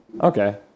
okay